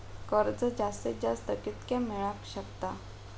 कर्ज जास्तीत जास्त कितक्या मेळाक शकता?